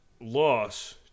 loss